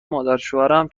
مادرشوهرم